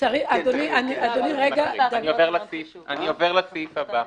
אני עובר לסעיף הבא.